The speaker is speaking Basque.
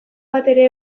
batere